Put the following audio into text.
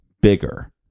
bigger